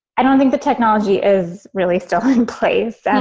i don't think the technology is really still in place. and